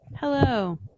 Hello